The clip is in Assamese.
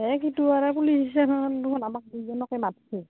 এই কিটো আৰু পুলিচ ষ্টেশ্যন আমাক দুজনকে মাতিছে